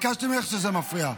תסתכל לשם, ביקשתי ממך, זה מפריע.